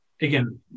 Again